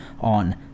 on